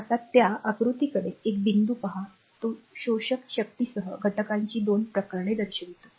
आता त्या आकृतीकडे एक बिंदू पहा तो शोषक शक्तीसह घटकांची 2 प्रकरणे दर्शवितो